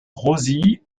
rosie